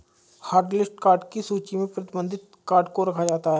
hotlist card की सूची में प्रतिबंधित कार्ड को रखा जाता है